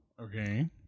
Okay